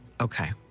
Okay